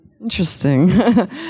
Interesting